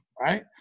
Right